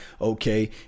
okay